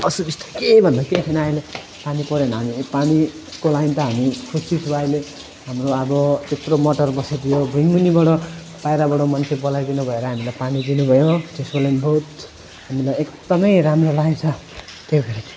असुबिस्ता केही भन्दा केही छैन अहिले पानी परेन हामीहरूको लागि त हामी खुसी छु अहिले हाम्रो अब त्यत्रो मोटर बसाइदियो भुइँमुनिबाट बाहिरबाट मन्छे बोलाइदिनु भएर हामीलाई पानी दिनु भयो त्यसको लागि बहुत हामीलाई एकदम राम्रो लागेको छ त्यही भएर